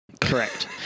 correct